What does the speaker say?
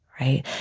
right